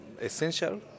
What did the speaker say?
essential